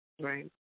Right